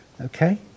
Okay